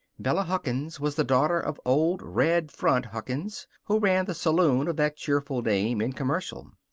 bella huckins was the daughter of old red front huckins, who ran the saloon of that cheerful name in commercial.